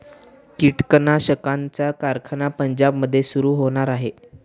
कीटकनाशकांचा कारखाना पंजाबमध्ये सुरू होणार आहे